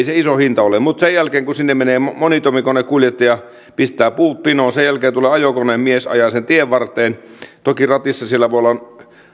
se iso hinta ole mutta sen jälkeen sinne menee monitoimikonekuljettaja pistää puut pinoon sen jälkeen tulee ajokonemies ajaa sen tien varteen toki ratissa siellä voi olla